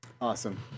Awesome